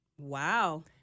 Wow